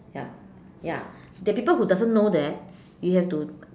ya ya there are people who doesn't know that you have to